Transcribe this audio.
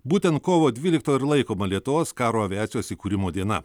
būtent kovo dvyliktoji ir laikoma lietuvos karo aviacijos įkūrimo diena